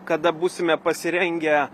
kada būsime pasirengę